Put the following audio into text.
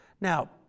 Now